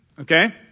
okay